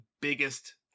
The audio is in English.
biggest